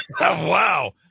Wow